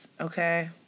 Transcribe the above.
okay